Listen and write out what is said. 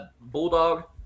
bulldog